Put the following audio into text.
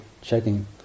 checking